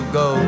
go